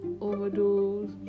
overdose